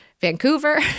Vancouver